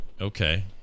okay